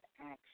action